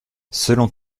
selon